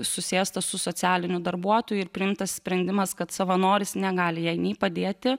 susėsta su socialiniu darbuotoju ir priimtas sprendimas kad savanoris negali jai nei padėti